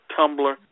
Tumblr